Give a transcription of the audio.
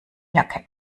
jacke